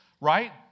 right